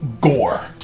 gore